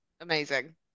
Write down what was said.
amazing